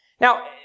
Now